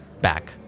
back